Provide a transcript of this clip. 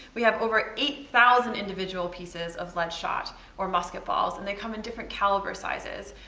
we have over eight thousand individual pieces of lead shot or musket balls, and they come in different caliber sizes.